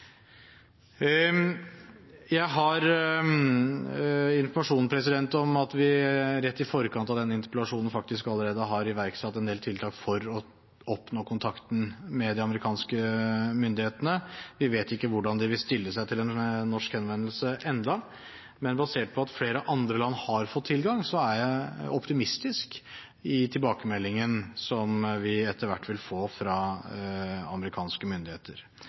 Jeg har informasjon om at vi rett i forkant av denne interpellasjonen faktisk allerede har iverksatt en del tiltak for å oppnå kontakt med de amerikanske myndighetene. Vi vet ikke hvordan de vil stille seg til en norsk henvendelse ennå, men basert på at flere andre land har fått tilgang, er jeg optimistisk til tilbakemeldingen som vi etter hvert vil få fra amerikanske myndigheter.